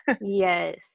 Yes